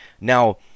Now